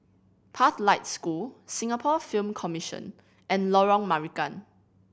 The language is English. Pathlight School Singapore Film Commission and Lorong Marican